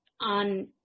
on